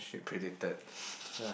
predicted